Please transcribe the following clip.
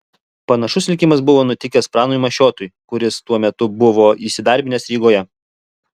panašus likimas buvo nutikęs pranui mašiotui kuris tuo metu buvo įsidarbinęs rygoje